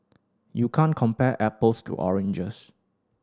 you can't compare apples to oranges